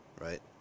right